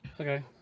Okay